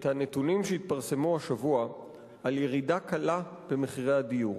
קראתי את הנתונים שהתפרסמו השבוע על ירידה קלה במחירי הדיור.